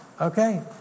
Okay